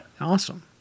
awesome